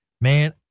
man